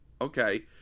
okay